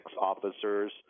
officers